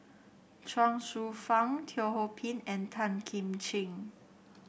Chuang Hsueh Fang Teo Ho Pin and Tan Kim Ching